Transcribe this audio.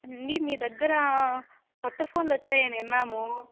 ఏవండీ మీ దగ్గర కొత్త ఫోన్లు వచ్చాయని విన్నాము